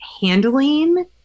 handling